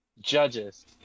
Judges